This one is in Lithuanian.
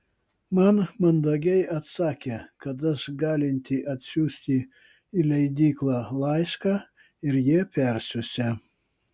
man mandagiai atsakė kad aš galinti atsiųsti į leidyklą laišką ir jie persiųsią